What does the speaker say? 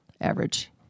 average